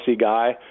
guy